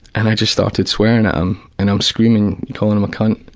and i just started swearing at him. and i'm screaming, and calling him a cunt,